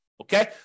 Okay